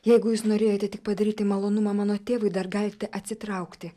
jeigu jūs norėjote tik padaryti malonumą mano tėvui dar galite atsitraukti